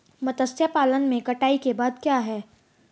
मत्स्य पालन में कटाई के बाद क्या है?